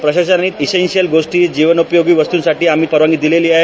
प्रशासनानं ईसेंसिएशल गोष्टी जीवनोपयोगी वस्तूंसाठी आम्ही परवानगी दिलेली आहे